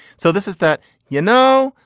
so this is that you know,